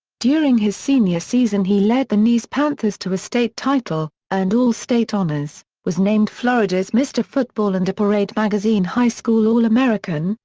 during his senior season he led the nease panthers to a state title, earned all-state honors, was named florida's mr. football and a parade magazine high school all-american,